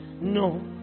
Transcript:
no